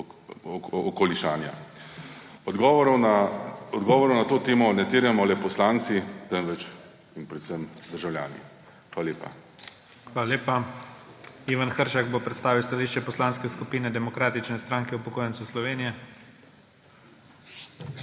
okolišanja. Odgovorov na to temo ne terjamo le poslanci, temveč in predvsem državljani. Hvala lepa. PREDSEDNIK IGOR ZORČIČ: Hvala lepa. Ivan Hršak bo predstavil stališče Poslanske skupine Demokratične stranke upokojencev Slovenije. IVAN